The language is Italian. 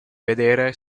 vedere